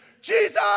Jesus